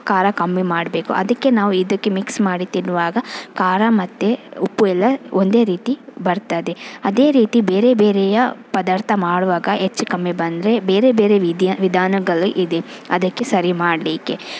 ಖಾರ ಕಮ್ಮಿ ಮಾಡಬೇಕು ಅದಕ್ಕೆ ನಾವು ಇದಕ್ಕೆ ಮಿಕ್ಸ್ ಮಾಡಿ ತಿನ್ನುವಾಗ ಖಾರ ಮತ್ತು ಉಪ್ಪು ಎಲ್ಲ ಒಂದೇ ರೀತಿ ಬರ್ತದೆ ಅದೇ ರೀತಿ ಬೇರೆ ಬೇರೆಯ ಪದಾರ್ಥ ಮಾಡುವಾಗ ಹೆಚ್ಚು ಕಮ್ಮಿ ಬಂದರೆ ಬೇರೆ ಬೇರೆ ವೀದಿ ವಿಧಾನಗಳು ಇದೆ ಅದಕ್ಕೆ ಸರಿ ಮಾಡಲಿಕ್ಕೆ